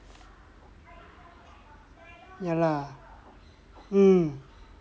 ya lah mm